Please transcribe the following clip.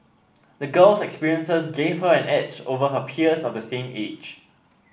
the girl's experiences gave her an edge over her peers of the same age